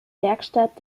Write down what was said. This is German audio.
werkstatt